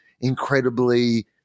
incredibly